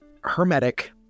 hermetic